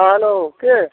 hello के